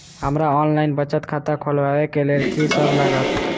हमरा ऑनलाइन बचत खाता खोलाबै केँ लेल की सब लागत?